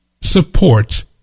support